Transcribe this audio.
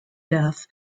death